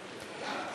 למוניות),